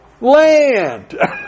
land